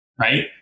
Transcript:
right